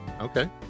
Okay